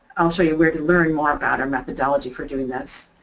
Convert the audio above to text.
i'll show you where to learn more about our methodology for doing this.